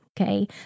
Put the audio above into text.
Okay